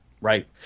right